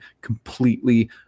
completely